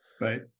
right